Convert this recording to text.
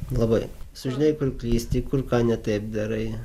labai sužinai kur klįsti kur ką ne taip darai